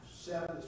Seven